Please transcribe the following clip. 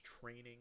training